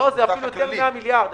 זה אפילו יותר מ-100 מיליארד שקל.